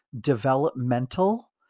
developmental